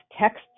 texts